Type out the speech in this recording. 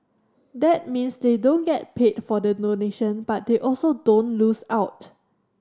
that means they don't get paid for the donation but they also don't lose out